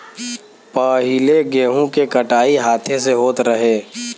पहिले गेंहू के कटाई हाथे से होत रहे